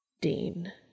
Dean